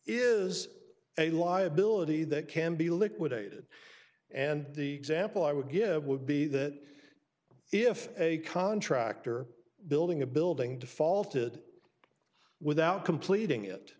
is a liability that can be liquidated and the example i would give would be that if a contractor building a building defaulted without completing it